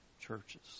churches